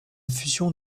fusion